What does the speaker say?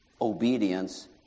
obedience